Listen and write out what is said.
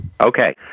Okay